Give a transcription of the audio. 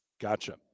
gotcha